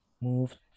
moved